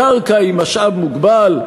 הקרקע היא משאב מוגבל,